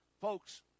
folks